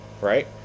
right